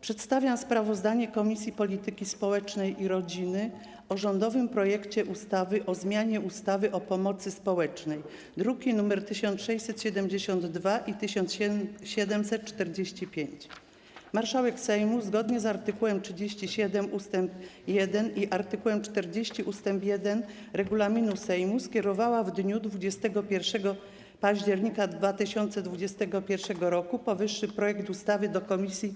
Przedstawiam sprawozdanie Komisji Polityki Społecznej i Rodziny o rządowym projekcie ustawy o zmianie ustawy o pomocy społecznej, druki nr 1672 i 1745. Marszałek Sejmu, zgodnie z art. 37 ust. 1 i art. 40 ust. 1 regulaminu Sejmu, skierowała w dniu 21 października 2021 r. powyższy projekt ustawy do Komisji